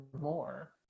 more